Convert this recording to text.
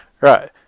right